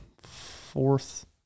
fourth